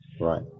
Right